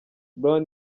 brown